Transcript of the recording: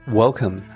Welcome